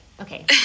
Okay